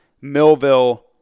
Millville